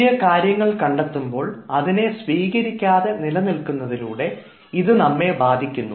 പുതിയ കാര്യങ്ങൾ കണ്ടെത്തുമ്പോൾ അതിനെ സ്വീകരിക്കാതെ നിലനിൽക്കുന്നതിലൂടെ ഇത് നമ്മെ ബാധിക്കുന്നു